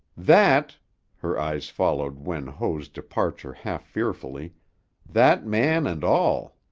that her eyes followed wen ho's departure half-fearfully that man and all.